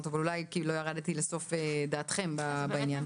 אבל אולי לא ירדתי לסוף דעתכם בעניין.